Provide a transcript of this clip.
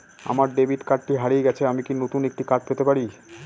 আমার ডেবিট কার্ডটি হারিয়ে গেছে আমি কি নতুন একটি কার্ড পেতে পারি?